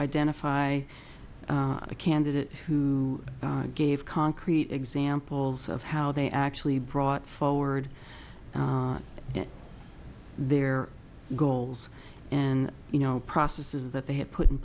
identify a candidate who gave concrete examples of how they actually brought forward their goals and you know processes that they had put in